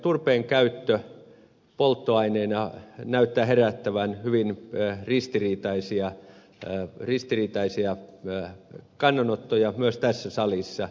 turpeen käyttö polttoaineena näyttää herättävän hyvin ristiriitaisia kannanottoja myös tässä salissa